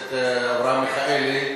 הכנסת אברהם מיכאלי,